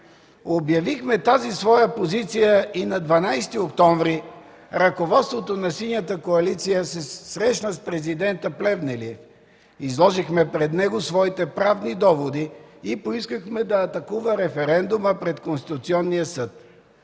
Обявихме тази своя позиция и на 12 октомври. Ръководството на Синята коалиция се срещна с президента Плевнелиев. Изложихме пред него своите правни доводи и поискахме да атакува референдума пред Конституционния съд.